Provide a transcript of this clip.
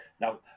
Now